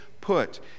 put